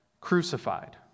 crucified